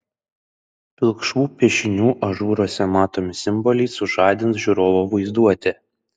pilkšvų piešinių ažūruose matomi simboliai sužadins žiūrovo vaizduotę